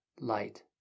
light